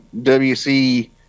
WC